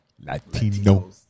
Latino